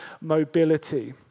mobility